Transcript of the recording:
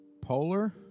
Polar